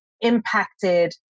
impacted